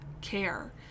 care